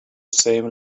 same